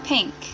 Pink